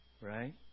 right